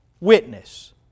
witness